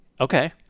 Okay